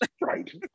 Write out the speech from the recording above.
right